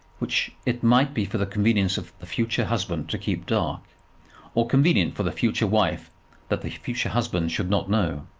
which it might be for the convenience of the future husband to keep dark or convenient for the future wife that the future husband should not know.